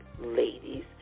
ladies